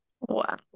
Wow